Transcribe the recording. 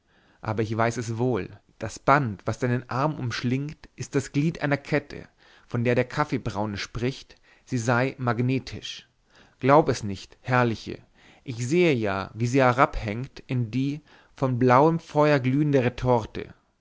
aber ich weiß es wohl das band was deinen arm umschlingt ist das glied einer kette von der der kaffeebraune spricht sie sei magnetisch glaub es nicht herrliche ich sehe ja wie sie herabhängt in die von blauem feuer glühende retorte